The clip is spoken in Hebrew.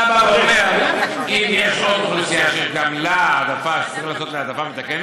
אתה בא ואומר: אם יש עוד אוכלוסייה שגם לה צריך לעשות העדפה,